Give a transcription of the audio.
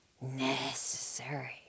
Necessary